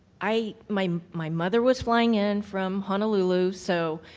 i my my mother was flying in from honolulu. so,